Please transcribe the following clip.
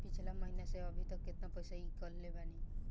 पिछला महीना से अभीतक केतना पैसा ईकलले बानी?